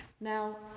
Now